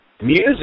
music